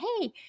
hey